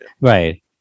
right